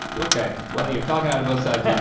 yeah okay, well, you're talking out of both sides yeah and